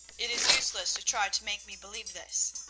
it is useless to try to make me believe this,